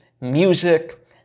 music